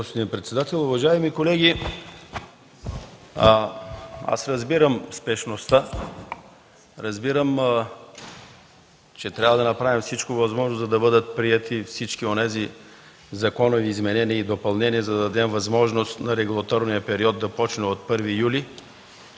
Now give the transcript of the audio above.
Уважаеми колеги, разбирам спешността, разбирам, че трябва да направим всичко възможно, за да бъдат приети онези законови изменения и допълнения, за да дадем възможност регулаторният период да започне от 1 юли,